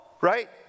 Right